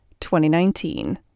2019